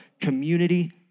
community